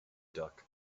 duck